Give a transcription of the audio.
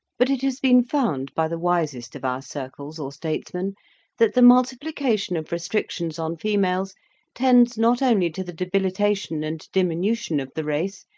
but it has been found by the wisest of our circles or statesmen that the multiplication of restrictions on females tends not only to the debilitation and diminution of the race,